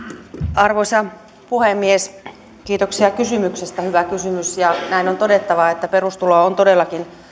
arvoisa puhemies kiitoksia kysymyksestä hyvä kysymys näin on todettava että perustulo on todellakin